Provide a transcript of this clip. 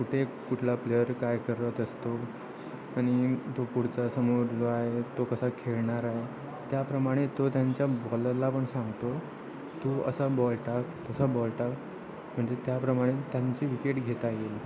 कुठे कुठला प्लेयर काय करत असतो आनि तो पुढचा समोर आहे तो कसा खेळणार आहे त्याप्रमाणे तो त्यांच्या बॉलरला पण सांगतो तो असा बॉल टाक तसा बॉल टाक म्हणजे त्याप्रमाणे त्यांची विकेट घेता येईल